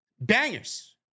bangers